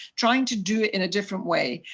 trying to do it in a different way,